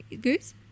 Goose